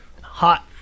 hot